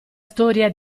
storia